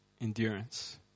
endurance